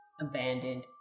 abandoned